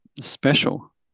special